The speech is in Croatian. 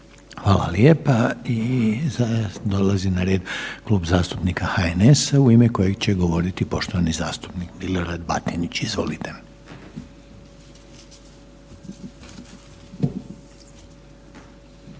Hvala. I sada dolazi na red Klub zastupnika HNS-a u ime kojeg će govoriti poštovani zastupnik Milorad Batinić. Izvolite.